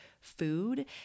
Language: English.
food